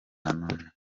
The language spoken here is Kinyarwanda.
nanone